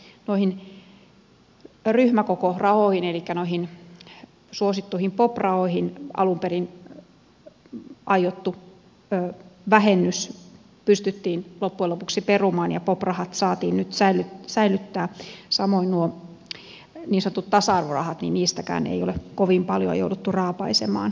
muun muassa noihin ryhmäkokorahoihin elikkä noihin suosittuihin pop rahoihin alun perin aiottu vähennys pystyttiin loppujen lopuksi perumaan ja pop rahat saatiin nyt säilyttää samoin noista niin sanotuista tasa arvorahoistakaan ei ole kovin paljon jouduttu raapaisemaan